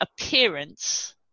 appearance